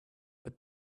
but